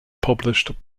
published